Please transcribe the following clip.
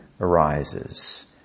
arises